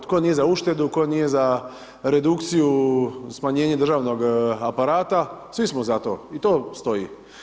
Tko nije za uštedu, tko nije za redukciju, smanjenje državnog aparata, svi smo za to, to stoji.